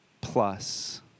plus